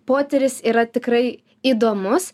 potyris yra tikrai įdomus